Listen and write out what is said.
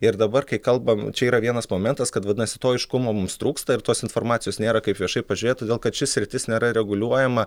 ir dabar kai kalbam čia yra vienas momentas kad vadinasi to aiškumo mums trūksta ir tos informacijos nėra kaip viešai pažiūrėt todėl kad ši sritis nėra reguliuojama